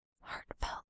heartfelt